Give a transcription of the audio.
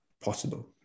possible